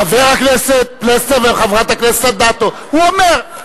חבר הכנסת פלסנר וחברת הכנסת אדטו, הוא אומר.